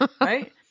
right